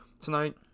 tonight